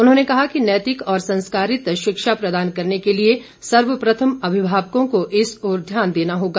उन्होंने कहा कि नैतिक और संस्कारित शिक्षा प्रदान करने के लिए सर्वप्रथम अभिमावकों को इस ओर ध्यान देना होगा